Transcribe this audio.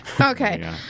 Okay